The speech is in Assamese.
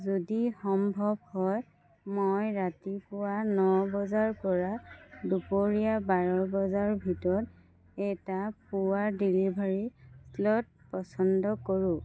যদি সম্ভৱ হয় মই ৰাতিপুৱা ন বজাৰ পৰা দুপৰীয়া বাৰ বজাৰ ভিতৰত এটা পুৱাৰ ডেলিভাৰী শ্লট পচন্দ কৰো